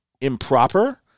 improper